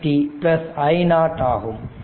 dt i ஆகும்